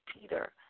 Peter